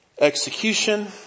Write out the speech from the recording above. execution